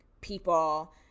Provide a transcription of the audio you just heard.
people